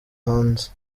hanze